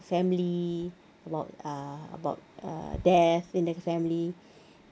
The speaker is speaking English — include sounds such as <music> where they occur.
family while uh about uh death in the family <breath>